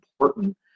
important